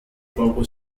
poco